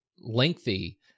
lengthy